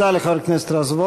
הלך לאכול במסעדה לא כשרה,